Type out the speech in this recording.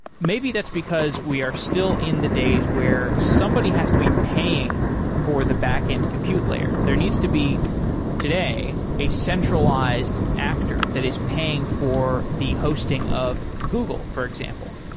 maybe that's because we are still in the days where somebody has to be paying for the backend compute layer. there needs to be today a centralized actor that is paying for the hosting of google, for example.